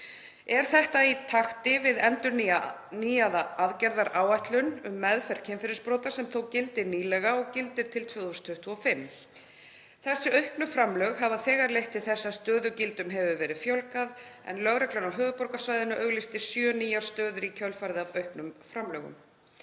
Þetta er í takti við endurnýjaða aðgerðaáætlun um meðferð kynferðisbrota sem tók gildi nýlega og gildir til 2025. Þessi auknu framlög hafa þegar leitt til þess að stöðugildum hefur verið fjölgað en lögreglan á höfuðborgarsvæðinu auglýsti sjö nýjar stöður í kjölfarið af auknum framlögum.